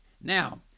Now